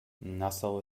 nassau